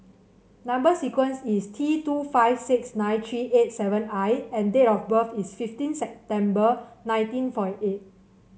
number sequence is T two five six nine three eight seven I and date of birth is fifteen September nineteen forty eight